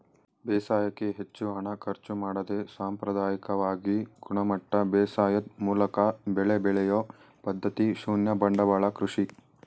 ಬೇಸಾಯಕ್ಕೆ ಹೆಚ್ಚು ಹಣ ಖರ್ಚು ಮಾಡದೆ ಸಾಂಪ್ರದಾಯಿಕವಾಗಿ ಗುಣಮಟ್ಟ ಬೇಸಾಯದ್ ಮೂಲಕ ಬೆಳೆ ಬೆಳೆಯೊ ಪದ್ಧತಿ ಶೂನ್ಯ ಬಂಡವಾಳ ಕೃಷಿ